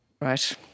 Right